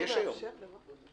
זה קיים היום.